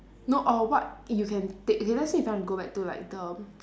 no or what you can take K let's say if I want to go back to like the